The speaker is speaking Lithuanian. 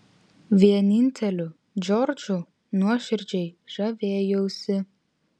vieninteliu džordžu nuoširdžiai žavėjausi